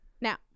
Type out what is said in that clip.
Now